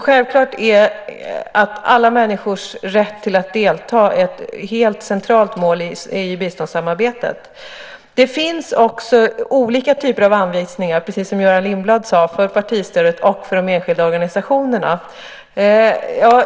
Självklart är alla människors rätt att delta ett helt centralt mål i biståndssamarbetet. Det finns också, precis som Göran Lindblad sade, olika typer av anvisningar för partistödet och för de enskilda organisationerna. Jag